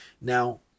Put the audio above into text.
Now